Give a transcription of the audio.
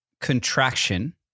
contraction